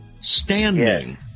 standing